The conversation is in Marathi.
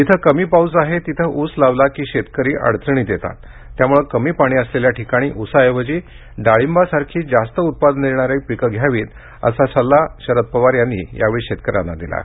जिथं कमी पाऊस आहे तिथं ऊस लावला की ते शेतकरी अडचणीत येतात त्यामुळे कमी पाणी असलेल्या ठिकाणी ऊसाऐवजी डाळिंबासारखी जास्त उत्पादन देणारी पीकं घ्यावीत असा सल्ला शरद पवार यांनी यावेळी शेतकऱ्यांना दिला आहे